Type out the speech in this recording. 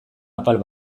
apal